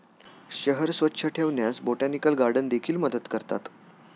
शहर स्वच्छ ठेवण्यास बोटॅनिकल गार्डन देखील मदत करतात